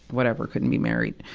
whatever, couldn't be married.